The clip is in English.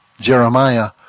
Jeremiah